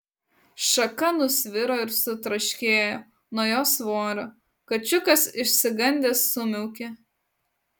šaka nusviro ir sutraškėjo nuo jo svorio kačiukas išsigandęs sumiaukė